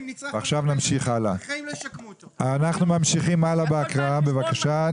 אנחנו ממשיכים הלאה בהקראה, בבקשה.